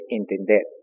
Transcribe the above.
entender